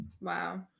Wow